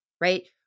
right